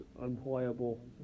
unplayable